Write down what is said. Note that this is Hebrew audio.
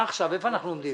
מה עכשיו, איפה אנחנו עומדים?